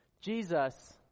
jesus